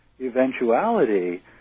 eventuality